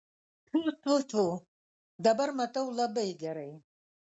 pfu pfu pfu dabar matau labai gerai